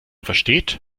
versteht